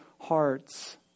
hearts